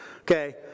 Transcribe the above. Okay